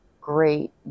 great